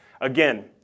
Again